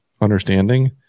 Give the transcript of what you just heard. understanding